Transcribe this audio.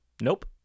Nope